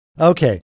Okay